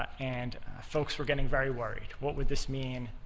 and folks were getting very worried. what would this mean,